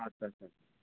আচ্ছা আচ্ছা আচ্ছা